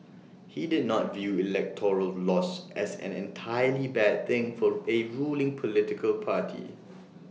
he did not view electoral loss as an entirely bad thing for A ruling political party